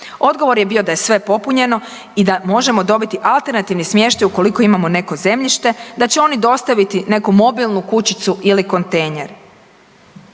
Odgovor je bio da je sve popunjeno i da možemo dobiti alternativni smještaj ukoliko imamo neko zemljište, da će oni dostaviti neku mobilnu kućicu ili kontejner.